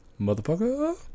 motherfucker